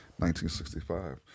1965